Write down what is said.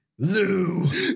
Lou